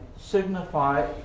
signify